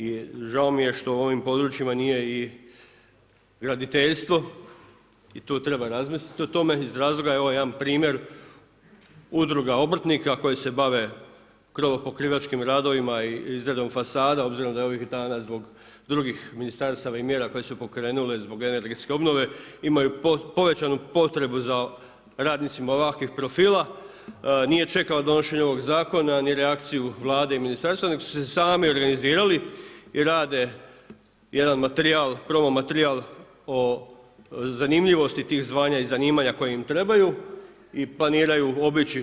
I žao mi je što u ovim područjima nije graditeljstvo i tu treba razmisliti o tome iz razloga, evo jedan primjer, udruga obrtnika koja se bavi krovopokrivačkim radovima i izradom fasada, obzirom da je ovih dana zbog drugih ministarstava i mjera koje su pokrenule zbog energetske obnove imaju povećanu potrebu za radnicima ovakvih profila, nije čekala donošenje ovog zakona ni reakciju Vlade i ministarstva nego su se sami organizirali i rade jedan materijal, promo materijal o zanimljivosti tih zvanja i zanimanja koja im trebaju i planiraju obići.